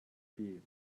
speed